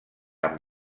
amb